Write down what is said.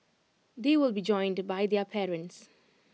they will be joined by their parents